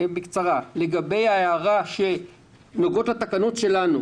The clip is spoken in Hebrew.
לגבי ההערה שנוגעת לתקנות שלנו,